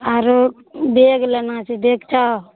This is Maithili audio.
आओर बैग लेना छै बैग छौ